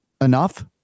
enough